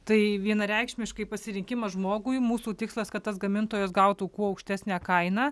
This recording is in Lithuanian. tai vienareikšmiškai pasirinkimas žmogui mūsų tikslas kad tas gamintojas gautų kuo aukštesnę kainą